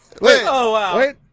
Wait